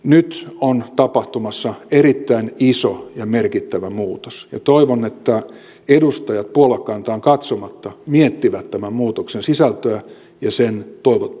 nyt on tapahtumassa erittäin iso ja merkittävä muutos ja toivon että edustajat puoluekantaan katsomatta miettivät tämän muutoksen sisältöä ja sen toivottavuutta